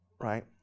right